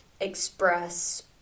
express